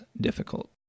difficult